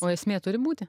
o esmė turi būti